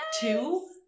Two